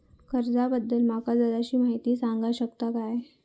कर्जा बद्दल माका जराशी माहिती सांगा शकता काय?